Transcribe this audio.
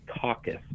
Caucus